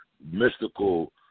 Mystical